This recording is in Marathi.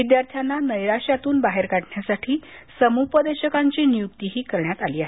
विद्यार्थ्यांना नैराश्येतून बाहेर काढण्यासाठी समुपदेशकांची नियुक्तीही करण्यात आली आहे